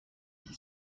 with